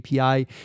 API